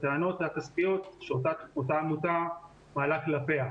הטענות הכספיות שאותה עמותה פעלה כלפיה,